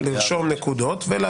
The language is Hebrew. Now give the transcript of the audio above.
לרשום נקודות.